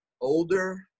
older